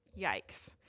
yikes